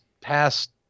past